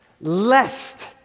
lest